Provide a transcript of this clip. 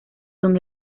son